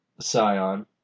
Scion